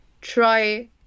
try